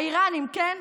האיראנים, כן?